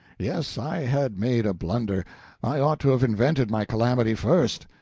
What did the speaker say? yes, i had made a blunder i ought to have invented my calamity first.